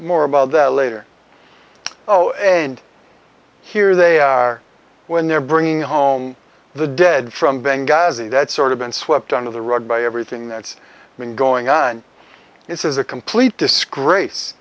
more about that later oh and here they are when they're bringing home the dead from benghazi that's sort of been swept under the rug by everything that's been going on this is a complete disgrace